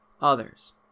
others